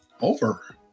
over